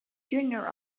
junior